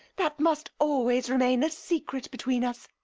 that must always remain a secret between us,